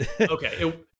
Okay